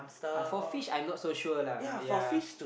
uh for fish I'm not so sure lah ya